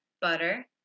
butter